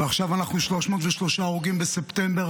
ועכשיו אנחנו עם 303 הרוגים בספטמבר.